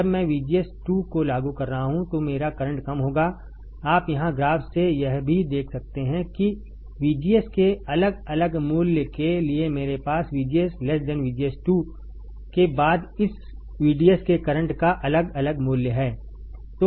जब मैं VGS2 को लागू कर रहा हूं तो मेरा करंट कम होगा आप यहां ग्राफ से यह भी देख सकते हैं कि VGS के अलग अलग मूल्य के लिए मेरे पास VGS VGS2 के बाद से इस VDS के करंट का अलग अलग मूल्य है